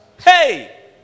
Hey